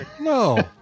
No